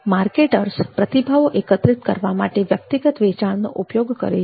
marketers પ્રતિભાવો એકત્રિત કરવા માટે વ્યક્તિગત વેચાણનો ઉપયોગ કરે છે